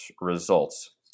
results